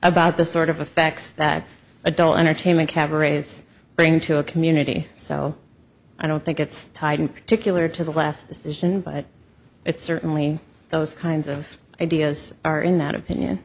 about the sort of effects that adult entertainment cabarets bring to a community so i don't think it's tied in particular to the last decision but it certainly those kinds of ideas are in that opinion